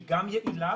שהיא גם יעילה